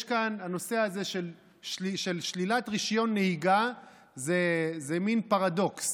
הנושא זה של שלילת רישיון נהיגה זה מין פרדוקס.